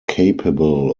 capable